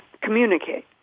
communicate